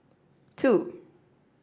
two